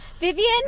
Vivian